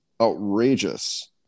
outrageous